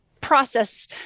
process